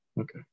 Okay